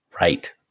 right